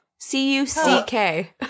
C-U-C-K